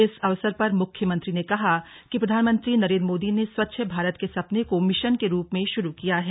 इस अवसर पर मुख्यमंत्री ने कहा कि प्रधानमंत्री नरेन्द्र मोदी ने स्वच्छ भारत के सपने को मिशन के रूप में शुरू किया है